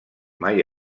mai